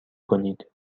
کنید